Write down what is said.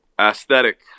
Aesthetic